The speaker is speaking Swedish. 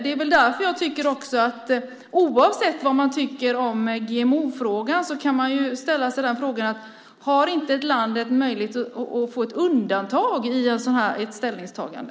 Det är därför jag tycker, oavsett vad man tycker om GMO-frågan, att man kan ställa sig frågan: Har inte ett land möjlighet att få ett undantag i ett sådant ställningstagande?